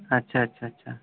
اچھا اچھا اچھا